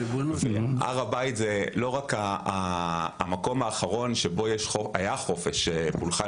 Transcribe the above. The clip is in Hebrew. הר הבית זה לא רק המקום האחרון שבו היה חופש פולחן